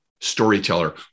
storyteller